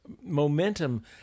momentum